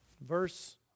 verse